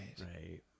Right